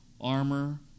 armor